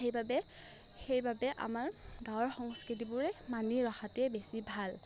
সেইবাবে সেইবাবে আমাৰ গাঁৱৰ সংস্কৃতিবোৰে মানি ৰখাটোৱে বেছি ভাল